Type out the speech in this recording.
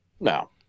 No